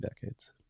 decades